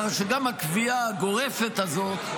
כך שגם הקביעה הגורפת הזאת,